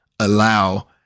allow